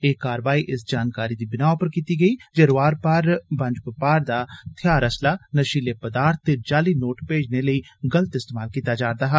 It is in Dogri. एह् कारवाई इस जानकारी दी बिनाह् पर कीती गेई ऐ जे रोआर पार बपार दा थेआर असलाह् नशीले पद्वार्थ ते जाली नोट भेजने लेई गलत इस्तेमाल कीता जा'रदा ऐ